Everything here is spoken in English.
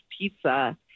pizza